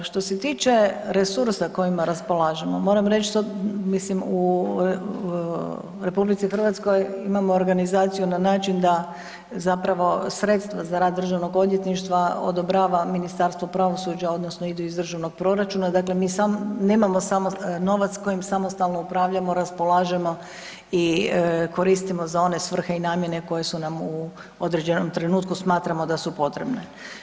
Što se tiče resursa kojima raspolažemo, moram reći, mislim u RH, imamo organizaciju na način da zapravo sredstva za rad Državnog odvjetništva odobrava Ministarstvo pravosuđa odnosno idu iz državnog proračuna dakle nemamo samo novac kojim samostalno upravljamo, raspolažemo i koristimo za one svrhe i namjene koje nam u određenom trenutku smatramo da su potrebne.